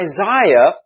Isaiah